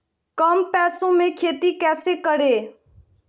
कम पैसों में खेती कैसे करें?